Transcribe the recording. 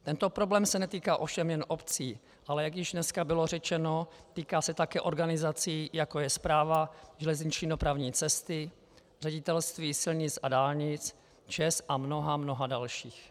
Tento problém se netýká ovšem jen obcí, ale jak již dneska bylo řečeno, týká se také organizací, jako je Správa železniční dopravní cesty, Ředitelství silnic a dálnic, ČEZ a mnoha a mnoha dalších.